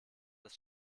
das